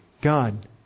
God